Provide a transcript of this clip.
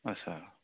आदसा